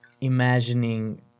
imagining